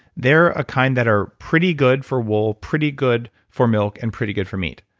they're a kind that are pretty good for wool pretty good for milk and pretty good for meat.